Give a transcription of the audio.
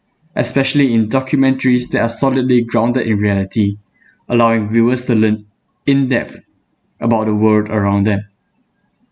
especially in documentaries that are solidly grounded in reality allowing viewers to learn in depth about the world around them